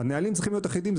הנהלים צריכים להיות אחידים,